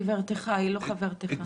גברתך, היא לא חברתך.